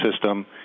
system